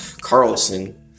carlson